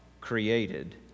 created